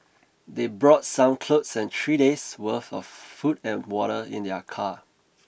they brought some clothes and three days' worth of food and water in their car